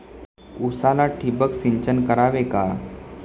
उसाला ठिबक सिंचन करावे का?